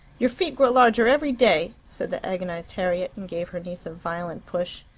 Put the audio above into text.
your feet grow larger every day, said the agonized harriet, and gave her niece a violent push.